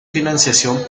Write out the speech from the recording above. financiación